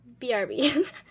BRB